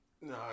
No